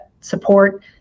support